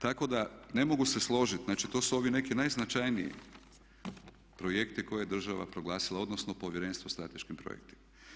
Tako da ne mogu se složiti, znači to su ovi neki najznačajniji projekt koje je država proglasila, odnosno Povjerenstvo o strateškim projektima.